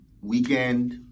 weekend